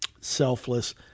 selfless